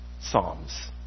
Psalms